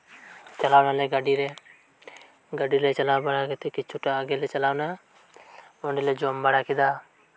ᱪᱟᱞᱟᱣᱮᱱᱟᱞᱮ ᱜᱟᱹᱰᱤᱨᱮ ᱜᱟᱹᱰᱤᱨᱮ ᱪᱟᱞᱟᱣ ᱵᱟᱲᱟ ᱠᱟᱛᱮᱫ ᱠᱟᱹᱪ ᱪᱩᱞᱩᱝ ᱞᱮ ᱪᱟᱞᱟᱣᱮᱱᱟ ᱚᱸᱰᱮᱞᱮ ᱡᱚᱢᱵᱟᱲᱟᱠᱮᱫᱟ